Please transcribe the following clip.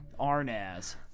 arnaz